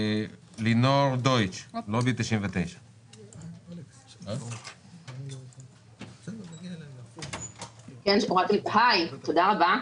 לינור דויטש, לובי 99. היי, תודה רבה.